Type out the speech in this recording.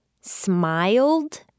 smiled